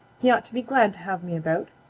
he ought to be glad to have me about.